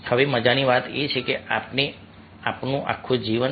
હવે મજાની વાત એ છે કે આપણું આખું જીવન